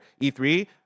E3